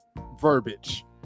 verbiage